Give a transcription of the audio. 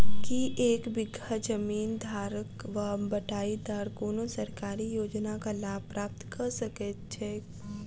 की एक बीघा जमीन धारक वा बटाईदार कोनों सरकारी योजनाक लाभ प्राप्त कऽ सकैत छैक?